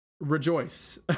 Rejoice